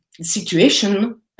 situation